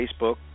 Facebook